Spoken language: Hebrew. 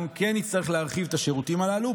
אנחנו נצטרך להרחיב את השירותים הללו.